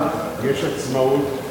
יש עצמאות.